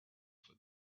for